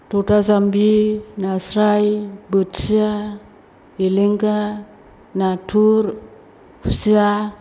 थथा जाम्बि नास्राय बोथिया एलेंगा नाथुर खुसिया